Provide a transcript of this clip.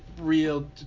real